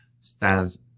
stands